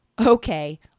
Okay